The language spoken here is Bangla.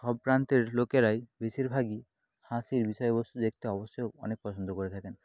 সব প্রান্তের লোকেরাই বেশিরভাগই হাসির বিষয়বস্তু দেখতে অবশ্যইও অনেক পছন্দ করে থাকেন